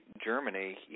Germany